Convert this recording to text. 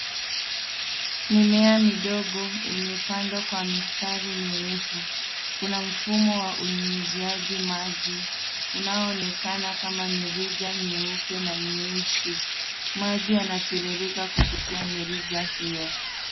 Mimea midogo imepandwa kwa mistari mirefu. Kuna mfumo wa unyunyiziaji maji unaoonekana kama mirija nyeupe na nyeusi. Maji yanatiririka kupitia mirija hiyo.